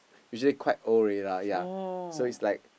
usually quite old already lah ya so is like